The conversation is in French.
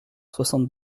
soixante